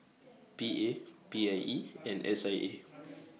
P A P I E and S I A